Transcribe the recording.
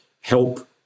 help